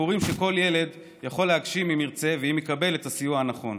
הסיפורים שכל ילד יכול להגשים אם ירצה ואם יקבל את הסיוע הנכון.